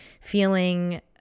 feeling